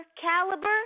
caliber